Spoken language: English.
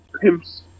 pimps